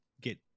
get